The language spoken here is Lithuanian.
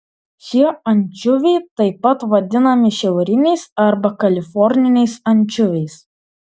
šie ančiuviai taip pat vadinami šiauriniais arba kaliforniniais ančiuviais